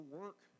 work